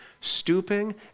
Stooping